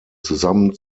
zusammen